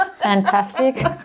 Fantastic